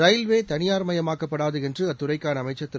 railway தனியார்மயமாக்கப்படாது என்று அத்துறைக்கான அமைச்சர் திரு